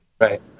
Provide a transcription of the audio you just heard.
Right